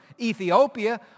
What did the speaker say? Ethiopia